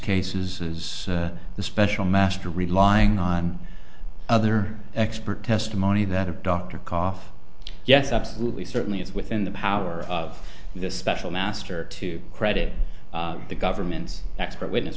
cases is the special master relying on other expert testimony that of dr cough yes absolutely certainly it's within the power of the special master to credit the government's expert witness